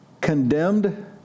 condemned